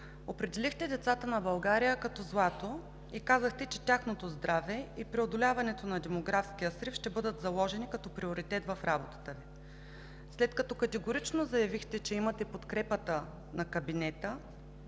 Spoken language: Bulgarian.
Определихте децата на България като злато и казахте, че тяхното здраве и преодоляването на демографския срив ще бъдат заложени като приоритет в работата Ви. След като категорично заявихте, че имате подкрепата на Кабинета,